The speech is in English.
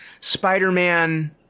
Spider-Man